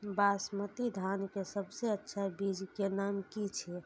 बासमती धान के सबसे अच्छा बीज के नाम की छे?